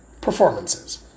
Performances